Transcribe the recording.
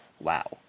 wow